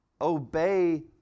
obey